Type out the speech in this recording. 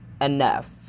enough